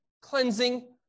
cleansing